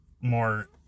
more